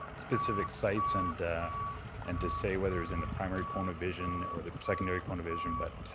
specific sites and and to say whether it was in the primary cone of vision or the secondary cone of vision. but